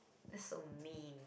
that's so mean